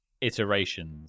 iterations